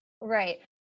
Right